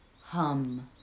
hum